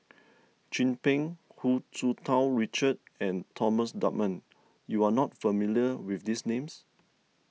Chin Peng Hu Tsu Tau Richard and Thomas Dunman you are not familiar with these names